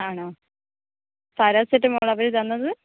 ആണോ പാരസിറ്റമോളാണോ അവര് തന്നത്